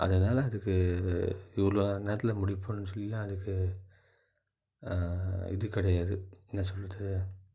அதனால அதுக்கு இவ்வளோ நேரத்தில் முடிப்போம்னு சொல்லிடலாம் அதுக்கு இது கிடையாது என்ன சொல்வது